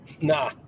Nah